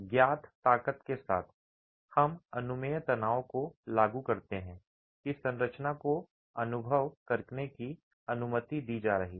ज्ञात ताकत के साथ हम अनुमेय तनाव को लागू करते हैं कि संरचना को अनुभव करने की अनुमति दी जा रही है